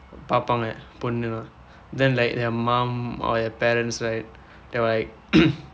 பார்ப்பாங்க பொண்ணு:paapaangka ponnu then like the mom or the parents right they will like